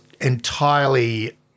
entirely-